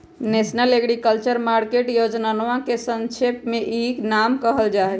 national agriculture market योजनवा के संक्षेप में ई नाम कहल जाहई